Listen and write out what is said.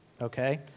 okay